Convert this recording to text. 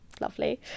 lovely